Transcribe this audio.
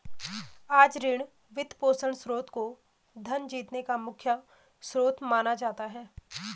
आज ऋण, वित्तपोषण स्रोत को धन जीतने का मुख्य स्रोत माना जाता है